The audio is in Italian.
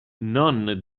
non